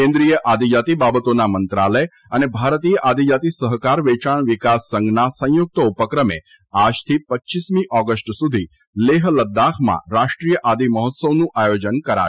કેન્દ્રિય આદિજાતિ બાબતોના મંત્રાલય અને ભારતીય આદિજાતિ સહકાર વેયાણ વિકાસ સંઘના સંયુક્ત ઉપક્રમે આજથી આગામી રપમી ઓગષ્ટ સુધી લેહ લદ્વાખમાં રાષ્ટ્રીય આદિમહોત્સવનું આયોજન કરાશે